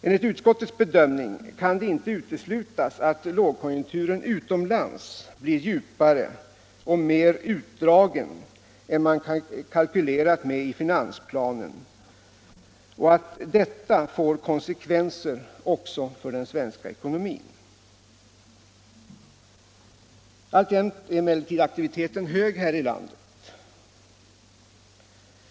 Enligt utskottets bedömning kan det inte uteslutas att lågkonjunkturen utomlands blir djupare och mer utdragen än man kalkylerat med i finansplanen och att detta också får konsekvenser för den svenska ekonomin. Alltjämt är emellertid aktiviteten hög här i landet.